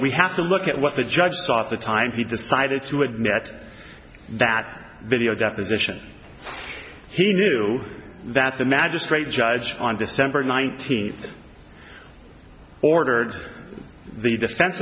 we have to look at what the judge saw at the time he decided to admit that video deposition he knew that's the magistrate judge on december nineteenth ordered the defen